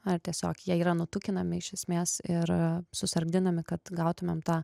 ar tiesiog jie yra nutukinami iš esmės ir susargdinami kad gautumėm tą